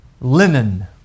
linen